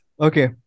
okay